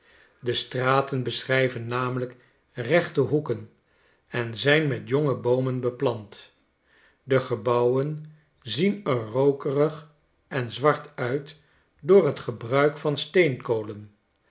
de straten beschrijven namelijk rechte hoeken en zijn met jonge boomen beplant de gebouwen zien er rookerig en zwart uit door t gebruik van